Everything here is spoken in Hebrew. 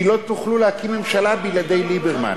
כי לא תוכלו להקים ממשלה בלעדי ליברמן.